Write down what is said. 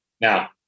now